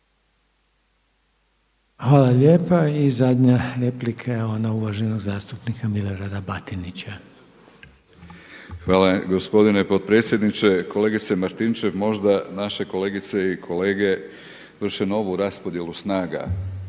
Hvala lijepa. I zadnja replika je ona uvaženog zastupnika Milorada Batinića. **Batinić, Milorad (HNS)** Hvala gospodine potpredsjedniče. Kolegice Martinčev možda naše kolegice i kolege vrše novu raspodjelu snaga